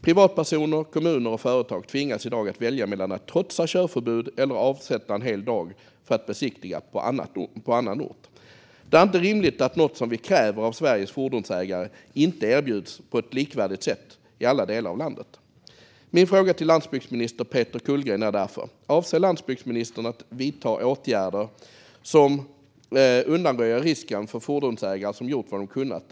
Privatpersoner, kommuner och företag tvingas i dag att välja mellan att trotsa körförbud och att avsätta en hel dag för att besiktiga på annan ort. Det är inte rimligt att något som vi kräver av Sveriges fordonsägare inte erbjuds på ett likvärdigt sätt i alla delar av landet. Min fråga till landsbygdsminister Peter Kullgren är därför: Avser landsbygdsministern att vidta åtgärder som undanröjer risken att straffas för fordonsägare som gjort vad de kunnat?